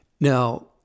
Now